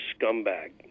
scumbag